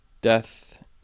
death